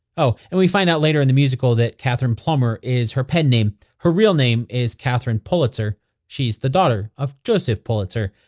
oh, and we find out later on in the musical that katherine plumber is her pen name. her real name is katherine pulitzer she's the daughter of joseph pulitzer.